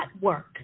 work